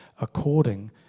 according